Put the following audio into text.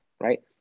right